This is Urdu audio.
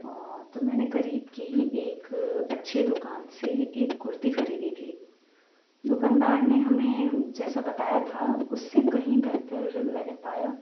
اور تو میں نے قریب کے ہی ایک اچھے دکان سے ایک کرتی خریدی تھی دکاندار نے ہمیں جیسا بتایا تھا اس سے کہیں بہتر میں نے پایا